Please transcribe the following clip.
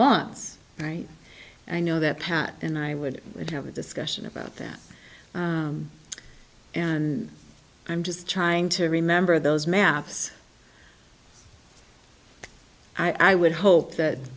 lawns right i know that pat and i would have a discussion about that and i'm just trying to remember those maps i would hope that